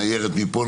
ניירת מפה,